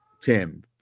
tim